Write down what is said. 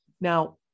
Now